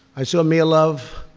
i saw mia love.